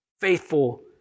Faithful